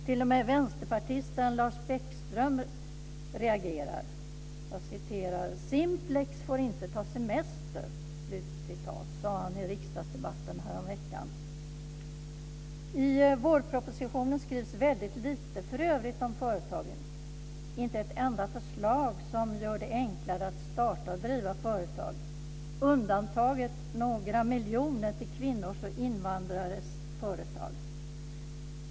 T.o.m. vänsterpartisten Lars Bäckström reagerar. "Simplex får inte ta semester" sade han i riksdagsdebatten häromveckan. I vårpropositionen skrivs för övrigt väldigt lite om företagen. Det finns inte ett enda förslag som gör det enklare att starta och driva företag. Undantaget är några miljoner till kvinnors och invandrares företag.